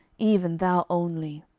even thou only.